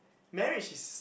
marriage is